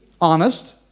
honest